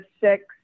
six